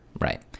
Right